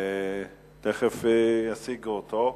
תיכף ישיגו אותו.